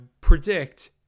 predict